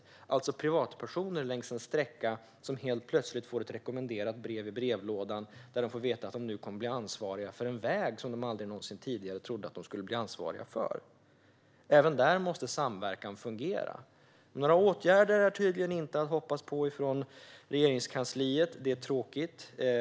Det gäller alltså även privatpersoner längs en sträcka som helt plötsligt får ett rekommenderat brev i brevlådan, där de får veta att de nu kommer att bli ansvariga för en väg som de aldrig någonsin tidigare trodde att de skulle bli ansvariga för. Även där måste samverkan fungera. Några åtgärder från Regeringskansliet är tydligen inte att hoppas på, vilket är tråkigt.